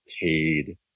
paid